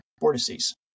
vortices